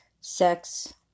Sex